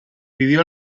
pidió